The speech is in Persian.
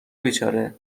بیچاره